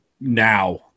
now